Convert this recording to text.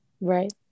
Right